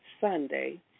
Sunday